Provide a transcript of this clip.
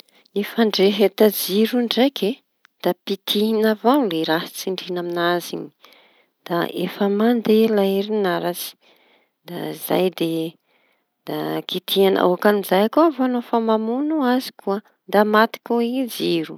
Ny fandreheta jiro ndraiky da pitihina avao ny raha pitihina amin'azy iñy da efa mandeha lay herinaratsy da zay d- da kitihina ôkan'izay koa nofa añao mamono azy da maty koa i jiro.